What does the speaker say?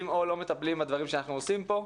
או לא מטפלים בדברים שאנחנו עושים פה.